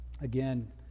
again